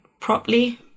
properly